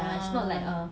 ah